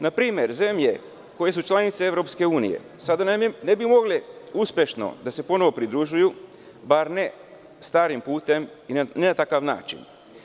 Na primer, zemlje koje su članice EU sada ne bi mogle uspešno da se ponovo pridružuju, bar ne starim putem i ne na takav način.